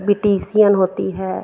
beautician होती है